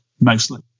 Mostly